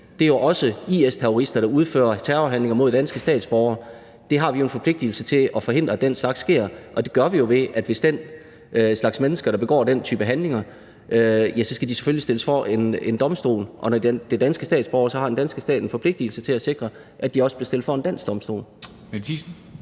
så er det også IS-terrorister, der udfører de terrorhandlinger mod danske statsborgere, og vi har en forpligtigelse til at forhindre, at den slags sker, og det gør vi jo ved, at den slags mennesker, der begår den type handlinger, selvfølgelig skal stilles for en domstol, og når de er danske statsborgere, har den danske stat en forpligtigelse til at sikre, at de også bliver stillet for en dansk domstol.